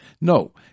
No